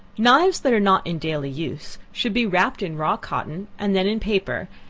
knives that are not in daily use should be wrapped in raw cotton and then in paper,